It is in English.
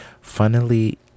Funnily